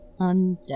undead